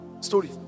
Story